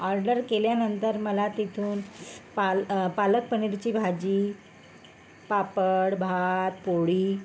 order केल्यानंतर मला तिथून पालक पनीरची भाजी पापड भात पोळी